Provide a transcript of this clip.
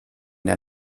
der